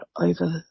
over